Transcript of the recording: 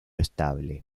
estable